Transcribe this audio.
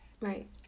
right